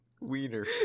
wiener